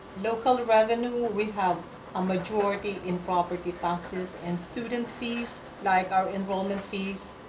local revenue, we have a majority in property classes and student fees like our enrollment fees,